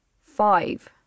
Five